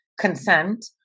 consent